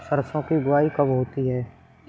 सरसों की बुआई कब होती है?